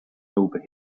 over